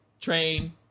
Train